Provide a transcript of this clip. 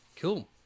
Cool